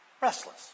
restless